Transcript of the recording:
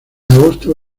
agosto